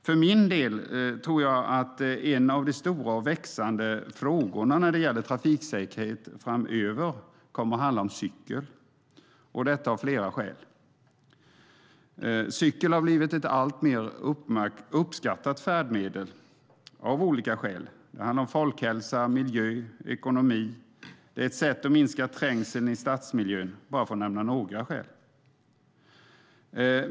För min del tror jag att en av de stora och växande frågorna när det gäller trafiksäkerhet framöver kommer att handla om cykeln, och detta av flera skäl. Cykeln har av olika skäl blivit ett alltmer uppskattat färdmedel. Det handlar om folkhälsa, miljö och ekonomi. Den är också ett sätt att minska trängseln i stadsmiljön. Detta är några skäl.